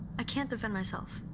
i can't defend myself.